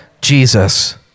Jesus